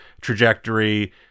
trajectory